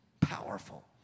Powerful